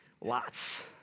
Lots